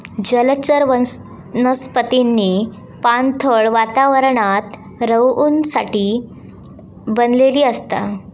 जलचर वनस्पतींनी पाणथळ वातावरणात रहूसाठी बनलेली असतत